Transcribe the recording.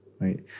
right